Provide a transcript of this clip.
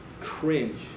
cringe